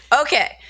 Okay